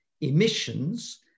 emissions